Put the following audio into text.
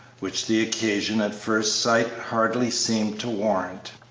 which the occasion at first sight hardly seemed to warrant.